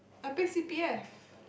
I pay c_p_f